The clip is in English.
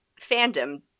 fandom